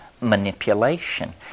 manipulation